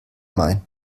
main